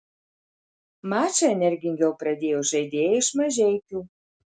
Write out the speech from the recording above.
mačą energingiau pradėjo žaidėjai iš mažeikių